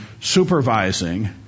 supervising